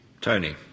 Tony